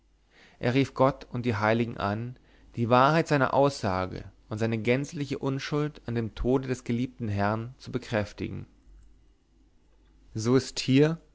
er rief gott und die heiligen an die wahrheit seiner aussage und seine gänzliche unschuld an dem tode des geliebten herrn zu bekräftigen so ist hier